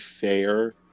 fair